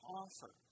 offer